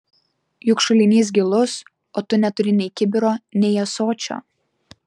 juk šulinys gilus o tu neturi nei kibiro nei ąsočio